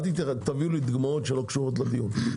אל תביאו דוגמאות שלא קשורות לדיון.